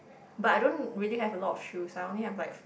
but I don't really have a lot of shoes I only have like